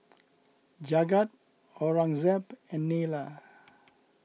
Jagat Aurangzeb and Neila